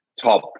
top